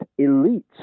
elites